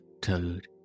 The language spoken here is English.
Toad